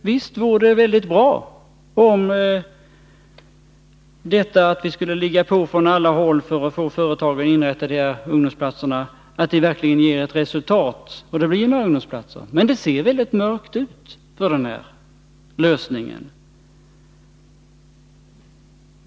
Visst vore det väldigt bra om vi låg på från alla håll för att få företagen att inrätta ungdomsplatser och om detta gåve något resultat. Men det ser mörkt ut för den lösningen.